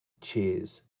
Cheers